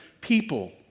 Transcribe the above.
people